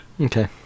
Okay